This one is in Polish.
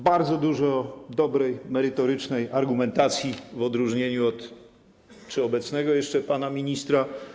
Bardzo dużo dobrej, merytorycznej argumentacji, w odróżnieniu od - czy obecnego jeszcze? - pana ministra.